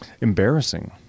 Embarrassing